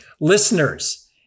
Listeners